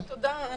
לא, תודה.